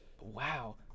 Wow